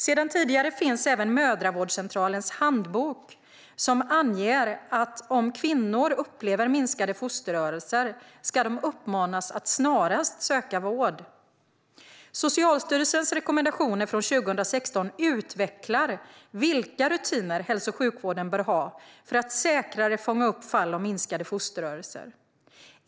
Sedan tidigare finns även mödrahälsovårdens handbok som anger att om kvinnor upplever minskade fosterrörelser ska de uppmanas att snarast söka vård. Socialstyrelsens rekommendationer från 2016 utvecklar vilka rutiner hälso och sjukvården bör ha för att säkrare fånga upp fall av minskade fosterrörelser.